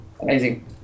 Amazing